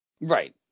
Right